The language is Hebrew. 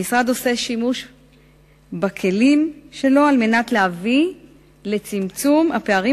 המשרד עושה שימוש בכלים שלו על מנת להביא לצמצום הפערים